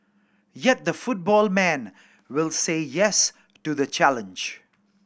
yet the football man will say yes to the challenge